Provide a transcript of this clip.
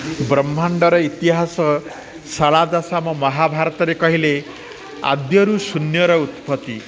ବ୍ରହ୍ମାଣ୍ଡର ଇତିହାସ ସାରଳା ଦାଶ ଆମ ମହାଭାରତରେ କହିଲେ ଆଦ୍ୟରୁ ଶୂନ୍ୟର ଉତ୍ପତ୍ତି